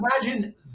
Imagine